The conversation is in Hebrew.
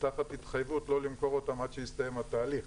תחת התחייבות לא למכור אותם עד שיסתיים התהליך.